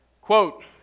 Quote